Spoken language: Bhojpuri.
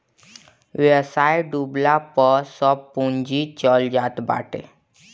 व्यवसाय डूबला पअ सब पूंजी चल जात बाटे